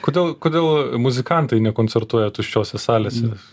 kodėl kodėl muzikantai nekoncertuoja tuščiose salėse